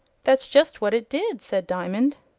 that's just what it did, said diamond.